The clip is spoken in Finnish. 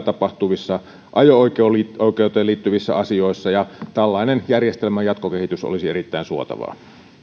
tapahtuvissa ajo oikeuteen oikeuteen liittyvissä asioissa ja tällainen järjestelmän jatkokehitys olisi erittäin suotavaa